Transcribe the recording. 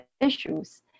issues